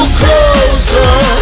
closer